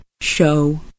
show